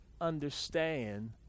understand